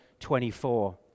24